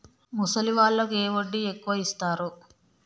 ముసలి వాళ్ళకు ఏ వడ్డీ ఎక్కువ ఇస్తారు?